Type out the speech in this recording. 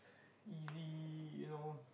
easy you know